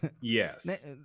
Yes